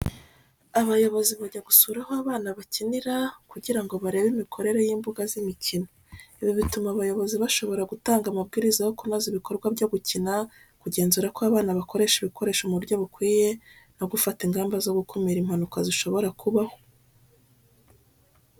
Abayobozi bajya gusura aho abana bakinira, kugira ngo barebe imikorere y'imbuga z'imikino. Ibi bituma abayobozi bashobora gutanga amabwiriza yo kunoza ibikorwa byo gukina, kugenzura ko abana bakoresha ibikoresho mu buryo bukwiye, no gufata ingamba zo gukumira impanuka zishobora kubaho.